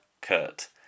Kurt